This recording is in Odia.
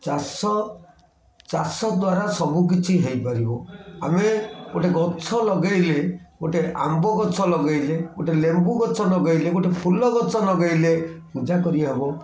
ଚାଷ ଚାଷ ଦ୍ୱାରା ସବୁକିଛି ହେଇପାରିବ ଆମେ ଗୋଟେ ଗଛ ଲଗେଇଲେ ଗୋଟେ ଆମ୍ବ ଗଛ ଲଗେଇଲେ ଗୋଟେ ଲେମ୍ବୁ ଗଛ ଲଗେଇଲେ ଗୋଟେ ଫୁଲ ଗଛ ଲଗେଇଲେ ପୂଜା କରିହବ